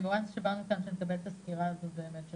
once שבאנו לכאן שנקבל את הסקירה הזאת באמת,